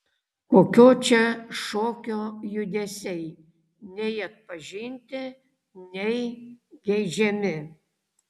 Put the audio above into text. kokio čia šokio judesiai nei atpažinti nei geidžiami